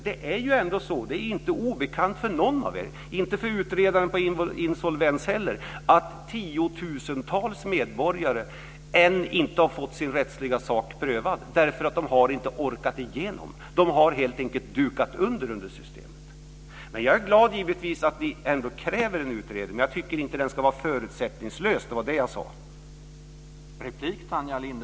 Det är ju ändå så - det är inte obekant för någon av er, inte för utredaren heller - att tiotusentals medborgare ännu inte har fått sin rättsliga sak prövad, därför att de inte har orkat ta sig igenom systemet. De har helt enkelt dukat under. Men jag är givetvis glad över att ni kräver en utredning. Men jag tycker inte att den ska vara förutsättningslös, det var det jag sade.